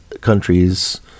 countries